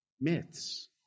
Myths